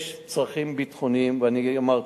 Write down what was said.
אנחנו לא נקיים עכשיו בירורים, מי אמר מה.